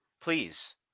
Please